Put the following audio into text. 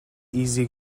easy